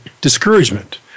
discouragement